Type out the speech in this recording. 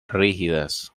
rígidas